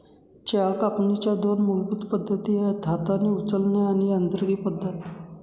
चहा कापणीच्या दोन मूलभूत पद्धती आहेत हाताने उचलणे आणि यांत्रिकी पद्धत